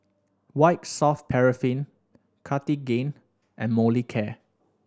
White Soft Paraffin Cartigain and Molicare